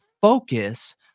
focus